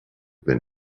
wenn